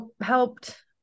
helped